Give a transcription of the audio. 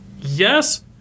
yes